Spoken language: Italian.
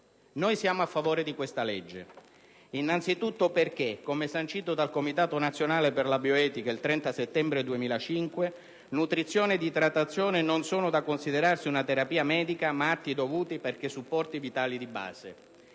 Noi siamo a favore di questa legge, innanzi tutto perché, come sancito dal Comitato nazionale per la bioetica il 30 settembre 2005, nutrizione ed idratazione non sono da considerarsi una terapia medica, ma atti dovuti perché supporti vitali di base.